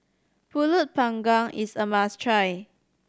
Pulut Panggang is a must try